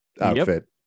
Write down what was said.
outfit